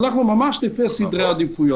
הלכנו ממש לפי סדר עדיפויות.